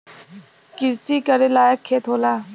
किरसी करे लायक खेत होला